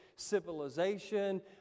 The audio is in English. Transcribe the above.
civilization